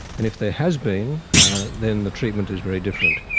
and if there has been then the treatment is very different.